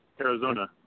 Arizona